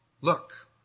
look